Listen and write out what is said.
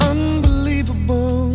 Unbelievable